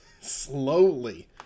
Slowly